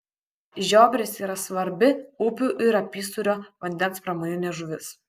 žiobris yra svarbi upių ir apysūrio vandens pramoninė žuvis